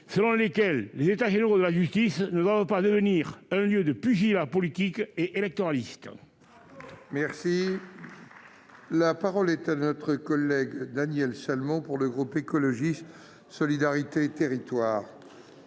selon lequel les États généraux de la justice ne doivent pas devenir « un lieu de pugilat politique ou électoraliste ». La parole est à M. Daniel Salmon, pour le groupe Écologiste - Solidarité et Territoires.